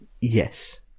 Yes